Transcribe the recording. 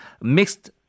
mixed